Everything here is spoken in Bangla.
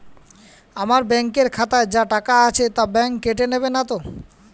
আমার ব্যাঙ্ক এর খাতায় যা টাকা আছে তা বাংক কেটে নেবে নাতো?